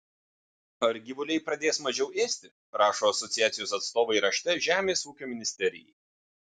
ar gyvuliai pradės mažiau ėsti rašo asociacijos atstovai rašte žemės ūkio ministerijai